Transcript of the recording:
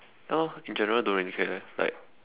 ya lor in general don't really care like